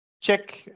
check